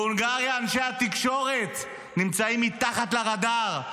בהונגריה אנשי התקשורת נמצאים מתחת לרדאר.